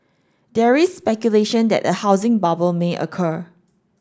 there is speculation that a housing bubble may occur